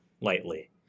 lightly